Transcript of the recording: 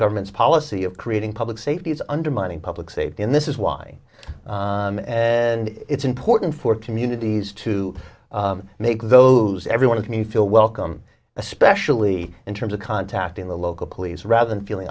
government's policy of creating public safety is undermining public safety and this is why it's important for communities to make those everyone and me feel welcome especially in terms of contacting the local police rather than feeling